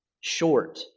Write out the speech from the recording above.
Short